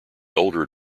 older